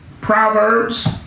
Proverbs